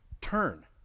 Turn